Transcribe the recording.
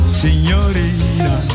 signorina